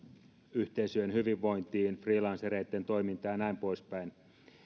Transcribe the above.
yhteisöön hyvinvointiin freelancereitten toimintaan ja näin poispäin